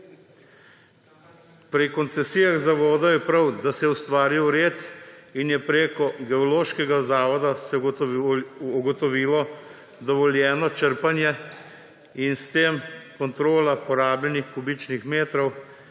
Pri koncesijah za vodo je prav, da se je ustvaril red, in se je preko Geološkega zavoda ugotovilo dovoljeno črpanje in s tem kontrola porabljenih kubičnih metrov